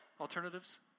alternatives